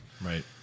right